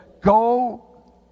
go